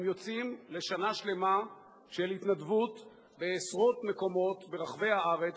הם יוצאים לשנה שלמה של התנדבות בעשרות מקומות ברחבי הארץ,